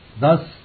Thus